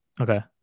okay